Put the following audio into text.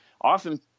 often